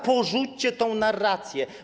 Porzućcie tę narrację.